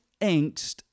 angst